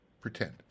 Pretend